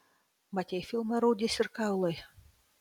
matei filmą rūdys ir kaulai